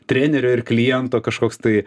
trenerio ir kliento kažkoks tai